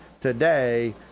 today